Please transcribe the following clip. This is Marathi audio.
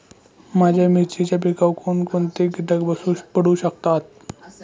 माझ्या मिरचीच्या पिकावर कोण कोणते कीटक पडू शकतात?